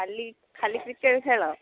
ଖାଲି ଖାଲି କ୍ରିକେଟ୍ ଖେଳ